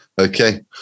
Okay